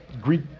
Greek